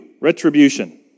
retribution